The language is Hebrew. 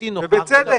ובצדק.